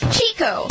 Chico